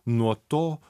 nuo to